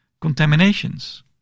contaminations